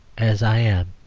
as i am.